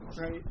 right